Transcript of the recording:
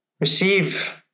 receive